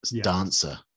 dancer